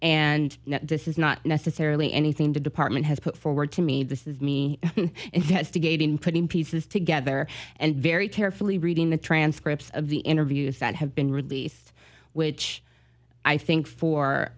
and this is not necessarily anything the department has put forward to me this is me investigating putting pieces together and very carefully reading the transcripts of the interviews that have been released which i think